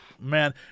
Man